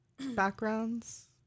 backgrounds